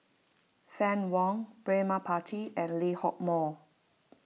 Fann Wong Braema Mathi and Lee Hock Moh